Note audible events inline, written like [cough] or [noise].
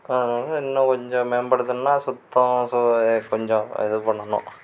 அங்கே வந்து இன்னும் கொஞ்சம் மேம்படுத்தணும்னா சுத்தம் [unintelligible] கொஞ்சம் இது பண்ணணும்